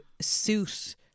suit